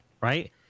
right